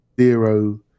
zero